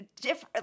different